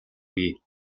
бий